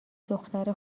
دختر